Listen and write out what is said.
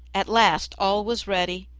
at last all was ready,